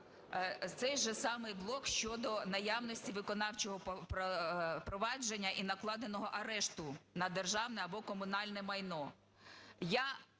цей же самий блок щодо наявності виконавчого провадження і накладеного арешту на державне або комунальне майно.